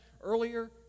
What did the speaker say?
earlier